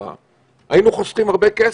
היינו חוסכים הרבה כסף,